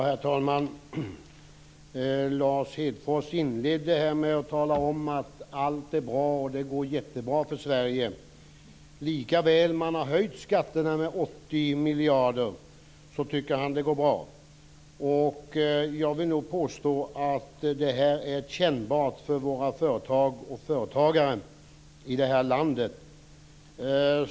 Herr talman! Lars Hedfors inledde med att tala om att allt är bra, och att det går jättebra för Sverige. Trots att skatterna har höjts med 80 miljarder kronor tycker han att det går bra. Men jag vill nog påstå att detta är kännbart för våra företag och företagare i det här landet.